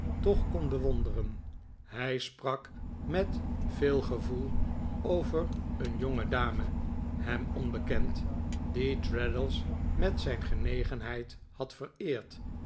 toch kon bewonderen hij sprak met veel gevoel over een jongedame hem onbekend die traddles met zijn genegenheid had vereerd